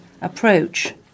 approach